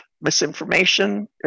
misinformation